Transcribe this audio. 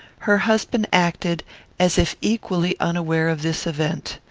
her husband acted as if equally unaware of this event.